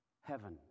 heaven